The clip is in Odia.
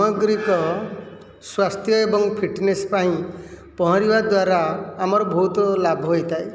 ଅଗ୍ରିକ ସ୍ୱାସ୍ଥ୍ୟ ଏବଂ ଫିଟନେସ୍ ପାଇଁ ପହଁରିବା ଦ୍ୱାରା ଆମର ବହୁତ ଲାଭ ହୋଇଥାଏ